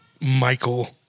Michael